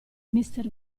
mister